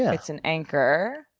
it's an anchor.